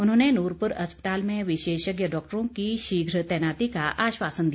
उन्होंने नूरपुर अस्पताल में विशेषज्ञ डॉक्टरों की शीघ्र तैनाती का आश्वासन दिया